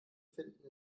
finden